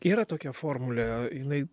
yra tokia formulė jinai